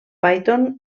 python